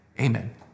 Amen